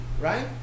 right